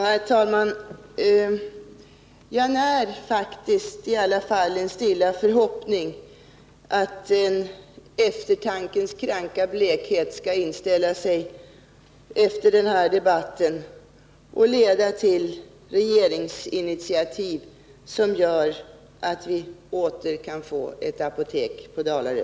Herr talman! Jag när fäktiskt en stilla förhoppning om att en eftertankens kranka blekhet skall inställa sig efter den här debatten och leda till regeringsinitiativ, som gör att vi åter kan få ett apotek i Dalarö.